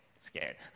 scared